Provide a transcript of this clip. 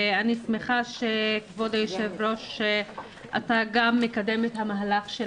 ואני שמחה שכבוד היושב-ראש גם מקדם את המהלך של